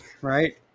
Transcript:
Right